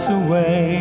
away